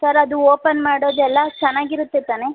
sir ಅದು open ಮಾಡೋದೆಲ್ಲ ಚೆನ್ನಾಗಿರುತ್ತೆ ತಾನೆ